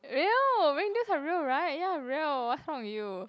real reindeers are real right ya real what's wrong with you